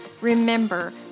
remember